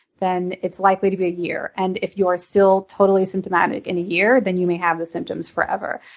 then it's likely to be a year. and if you are still totally symptomatic in a year, then you may have the symptoms forever.